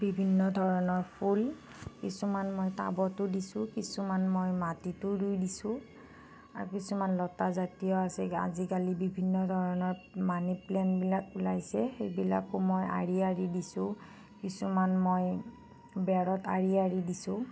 বিভিন্ন ধৰণৰ ফুল কিছুমান মই টাবতো দিছোঁ কিছুমান মই মাটিতো ৰুই দিছোঁ আৰু কিছুমান লতাজাতীয় আছে গা আজিকালি বিভিন্ন ধৰণৰ মানি প্লেণ্টবিলাক ওলাইছে সেইবিলাকো মই আঁৰি আঁৰি দিছোঁ কিছুমান মই বেৰত আঁৰি আঁৰি দিছোঁ